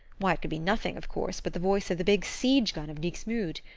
why, it could be nothing, of course, but the voice of the big siege-gun of dixmude!